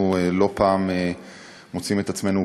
ואנחנו לא פעם מוצאים את עצמנו,